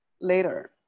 later